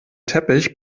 teppich